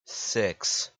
six